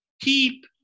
keep